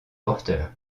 porteur